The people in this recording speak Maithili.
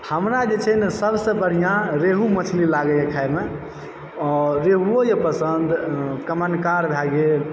हमरा जे छै ने सब सऽ बढ़िऑं रेहू मछली लागै यऽ खायमे और रेहूवो यऽ पसंद आ कमनकार भए गेल